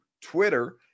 Twitter